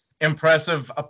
impressive